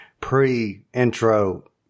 pre-intro